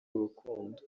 urukundo